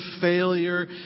failure